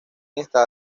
estaba